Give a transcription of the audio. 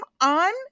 on